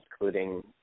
including